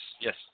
yes